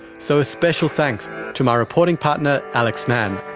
so a special thanks to my reporting partner alex mann.